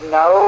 no